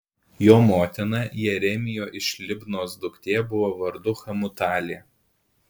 jo motina jeremijo iš libnos duktė buvo vardu hamutalė